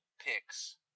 picks